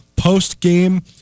post-game